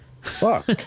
Fuck